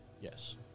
Yes